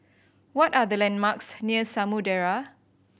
what are the landmarks near Samudera